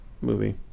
movie